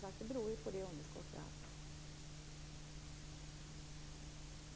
Men det beror som sagt på det underskott vi haft.